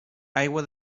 aigua